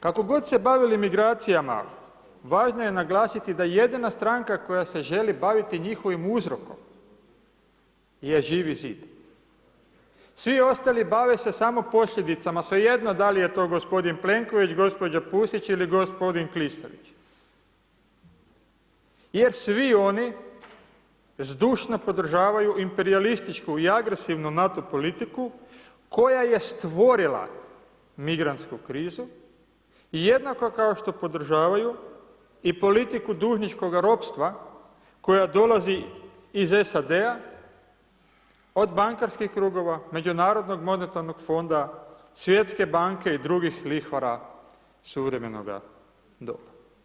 Kako god se bavili migracijama, važno je naglasiti da jedina stranka koja se želi baviti njihovim uzrokom, je Živi zid, svi ostali bave se samo posljedicama, svejedno dal' je to gospodin Plenković, gospođa Pusić, ili gospodin Klisović, jer svi oni zdušno podržavaju imperijalističku i agresivnu NATO politiku koja je stvorila migrantsku krizu, jednako kao što podržavaju i politiku dužničkoga robstva koja dolazi iz SAD-a od bankarskih krugova, Međunarodnog monetarnog fonda, Svjetske banke i drugih lihvara suvremenoga doba.